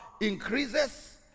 increases